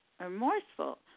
remorseful